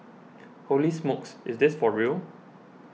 holy smokes is this for real